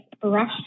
brush